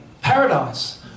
paradise